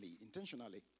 intentionally